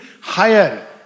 higher